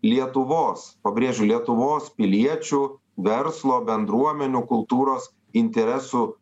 lietuvos pabrėžiu lietuvos piliečių verslo bendruomenių kultūros interesų